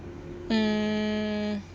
um